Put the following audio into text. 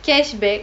cashback